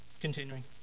Continuing